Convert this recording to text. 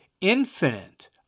infinite